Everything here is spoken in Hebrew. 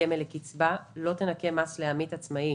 קופת גמל לקצבה לא תנכה מס לעמית עצמאי